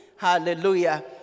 Hallelujah